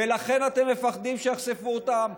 ולכן אתם מפחדים שיחשפו אותם.